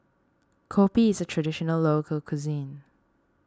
Kopi is a Traditional Local Cuisine